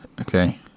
Okay